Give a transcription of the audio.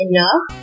Enough